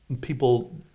people